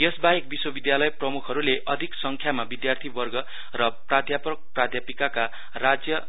यस बाहेक विश्वविद्यालय प्रमुखहरूले अधिक संख्यामा विद्यार्थीवर्ग र प्राध्यापक प्राध्यापिका राज्य